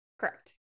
Correct